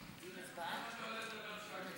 הצעת החוק התקבלה בקריאה ראשונה,